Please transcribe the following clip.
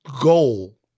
goal